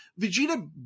vegeta